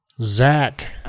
Zach